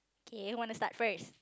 K who want to start first